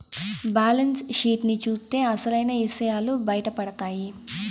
balance sheet ని చూత్తే అసలైన ఇసయాలు బయటపడతాయి